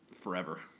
Forever